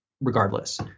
Regardless